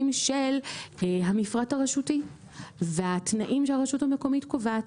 של המפרט הרשותי והתנאים שהרשות המקומית קובעת.